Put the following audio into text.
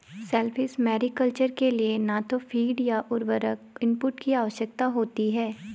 shellfish mariculture के लिए न तो फ़ीड या उर्वरक इनपुट की आवश्यकता होती है